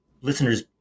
listeners